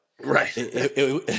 Right